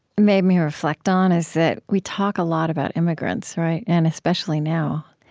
made me reflect on is that we talk a lot about immigrants, right? and especially now.